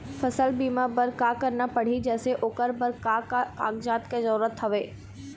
फसल बीमा बार का करना पड़ही जैसे ओकर बर का का कागजात के जरूरत हवे?